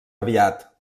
aviat